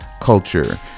culture